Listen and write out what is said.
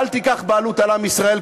אל תיקח בעלות על עם ישראל,